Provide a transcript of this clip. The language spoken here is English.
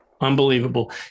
Unbelievable